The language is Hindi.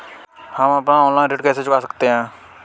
हम अपना ऋण ऑनलाइन कैसे चुका सकते हैं?